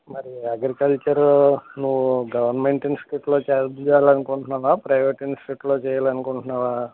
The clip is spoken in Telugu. మరి అగ్రికల్చర్ నువ్వు గవర్నమెంట్ ఇన్స్టిట్యూట్లో చ్ చెయ్యాలనుకుంటున్నావా ప్రైవేట్ ఇన్స్టిట్యూట్లో చెయ్యాలనుకుంటున్నావా